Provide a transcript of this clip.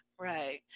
right